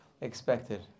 expected